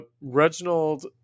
Reginald